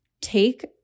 take